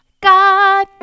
God